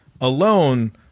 alone